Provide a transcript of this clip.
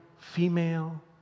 female